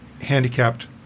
handicapped